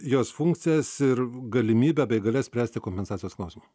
jos funkcijas ir galimybę bei galias spręsti kompensacijos klausimą